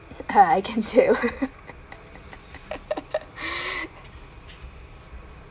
ah I can hear you